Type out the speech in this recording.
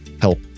help